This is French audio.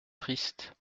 triste